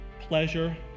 pleasure